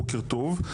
בוקר טוב.